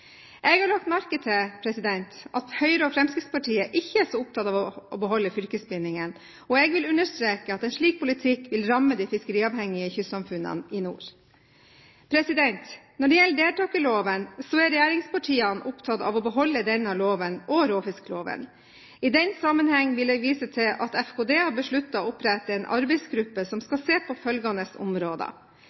Jeg har lagt merke til at Høyre og Fremskrittspartiet ikke er så opptatt av å beholde fylkesbindingene, og jeg vil understreke at en slik politikk vil ramme de fiskeriavhengige kystsamfunnene i nord. Når det gjelder deltakerloven, er regjeringspartiene opptatt av å beholde både denne loven og råfiskloven. I den sammenheng vil jeg vise til at FKD har besluttet å opprette en arbeidsgruppe som skal se på følgende områder: